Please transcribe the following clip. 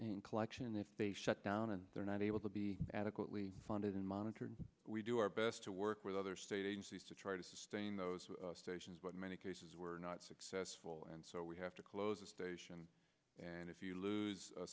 then collection if they shut down and they're not able to be adequately funded unmonitored we do our best to work with other state agencies to try to sustain those stations but in many cases we're not successful and so we have to close the station and if you lose